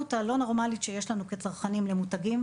הנאמנות הלא נורמלית שיש לנו כצרכנים למותגים.